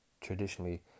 traditionally